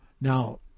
Now